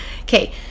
okay